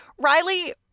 Riley